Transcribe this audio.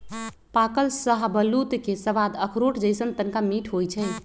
पाकल शाहबलूत के सवाद अखरोट जइसन्न तनका मीठ होइ छइ